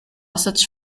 such